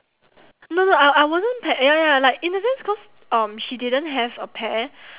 no no I I wasn't paired ya ya like in a sense cause um she didn't have a pair